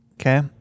okay